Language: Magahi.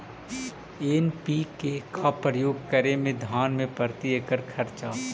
एन.पी.के का प्रयोग करे मे धान मे प्रती एकड़ खर्चा?